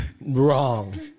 Wrong